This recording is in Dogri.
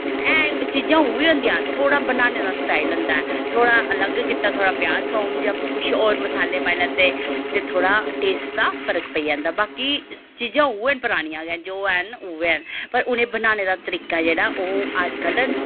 है चीजां उ'यै होंदियां थोह्ड़ा बनाने दा स्टाइल होंदा ऐ थोह्ड़ा अलग कीता थोह्ड़ा प्याज थोम जां किश और मसाले पाई लैते ते थोह्ड़ा टेस्ट दा फर्क पेई जंदा बाकी चीजां उ'यै न परानियां गै न जो हैन न उ'यै न पर उ'नें बनाने दा तरीका जेह्ड़ा ओ अजकल